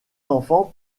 enfants